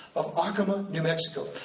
of acoma, new mexico.